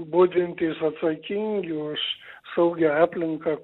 budintys atsakingi už saugią aplinką